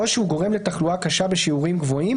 או שהוא גורם לתחלואה קשה בשיעורים גבוהים